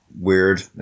weird